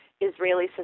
Israeli